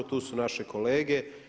Tu su naše kolege.